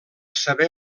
saber